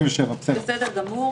בסדר,